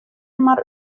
mar